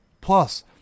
Plus